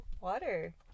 Water